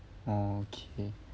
okay